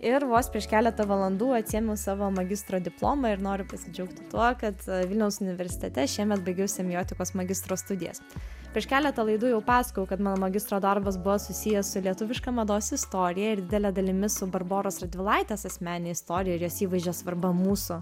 ir vos prieš keletą valandų atsiėmiau savo magistro diplomą ir noriu pasidžiaugti tuo kad vilniaus universitete šiemet baigiau semiotikos magistro studijas prieš keletą laidų jau pasakojau kad mano magistro darbas buvo susijęs su lietuviška mados istorija ir didele dalimi su barboros radvilaitės asmenine istorija ir jos įvaizdžio svarba mūsų